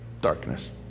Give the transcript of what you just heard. darkness